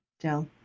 Jill